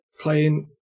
playing